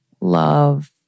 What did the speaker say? love